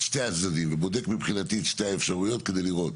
שתי הצדדים ובודק מבחינתי את שתי האפשרויות כדי לראות,